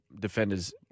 defender's